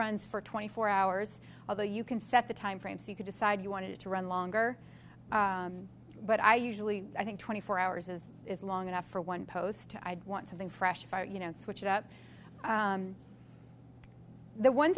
runs for twenty four hours although you can set the time frame so you could decide you want to run longer but i usually i think twenty four hours is is long enough for one post i want something fresh you know switch it up the one